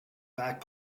back